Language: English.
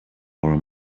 our